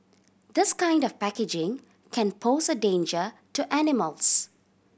this kind of packaging can pose a danger to animals